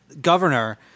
governor